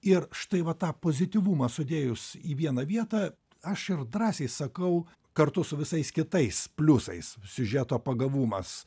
ir štai va tą pozityvumą sudėjus į vieną vietą aš ir drąsiai sakau kartu su visais kitais pliusais siužeto pagavumas